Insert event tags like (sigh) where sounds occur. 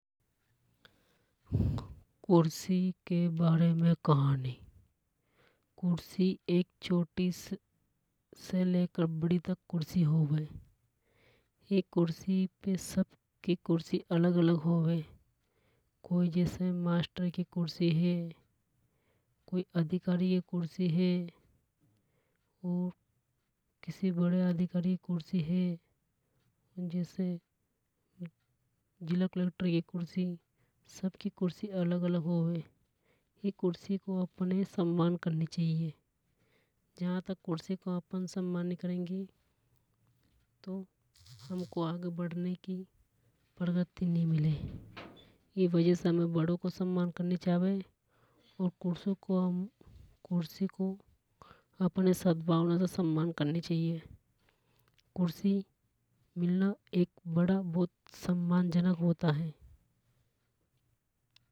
कुर्सी के बारे में कहानी कुर्सी एक छोटी से लेकर बड़ी होवे एक कुर्सी पे सब की कुर्सी अलग अलग होवे। कोई जैसे मास्टर की कुर्सी हे कोई अधिकारी की कुर्सी हे और किसी बड़े अधिकारी की कुर्सी है। जैसे जिला कलेक्टर की कुर्सी सब की कुर्सी अलग अलग होवे ई कुर्सी को अपणे सम्मान करनी चावे। जहां तक हम कुर्सी को सम्मान नहीं करेंगे तो (noise) हमको आगे बढ़ने की प्रगति नि मिले ई वजह से हमें बड़ों का सम्मान करनी चावे और कुर्सी को अपने सद्भावना से सम्मान करनी चावे कुर्सी मिलना एक बड़ा बहुत सम्मानजनक होता है।